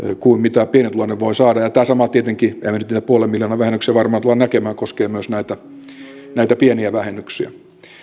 kuin mitä pienituloinen voi saada ja tämä sama tietenkin emmehän me nyt niitä puolen miljoonan vähennyksiä varmaan tule näkemään koskien myös näitä pieniä vähennyksiä